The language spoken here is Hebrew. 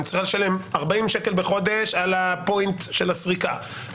אני צריכה לשלם 40 שקל בחודש על הפוינט של הסריקה,